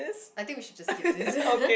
I think we should just skip this